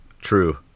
True